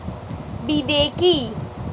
বিদে কি?